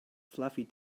fluffy